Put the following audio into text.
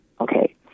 Okay